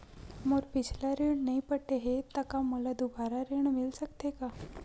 मोर पिछला ऋण नइ पटे हे त का मोला दुबारा ऋण मिल सकथे का?